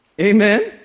Amen